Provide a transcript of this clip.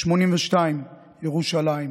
בן 82, מראשון לציון.